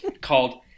called